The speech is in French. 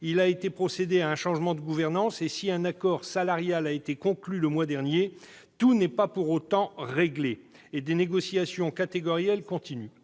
il a été procédé à un changement de gouvernance et, si un accord salarial a été conclu le mois dernier, tout n'est pas pour autant réglé et des négociations catégorielles continuent.